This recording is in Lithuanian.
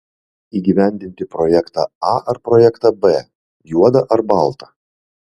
įgyvendinti projektą a ar projektą b juoda ar balta